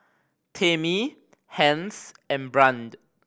Tamie Hence and Brande